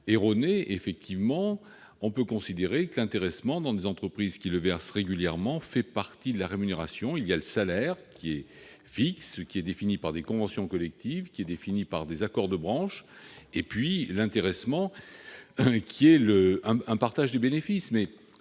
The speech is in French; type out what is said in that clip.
erronées. Effectivement, on peut considérer que l'intéressement, dans les entreprises qui le versent régulièrement, fait partie de la rémunération : il y a le salaire, qui est fixe et défini par des conventions collectives ou des accords de branche, puis l'intéressement, qui correspond à un partage des bénéfices.